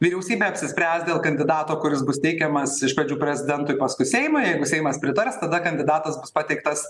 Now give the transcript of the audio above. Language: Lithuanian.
vyriausybė apsispręs dėl kandidato kuris bus teikiamas iš pradžių prezidentui paskui seimui jeigu seimas pritars tada kandidatas bus pateiktas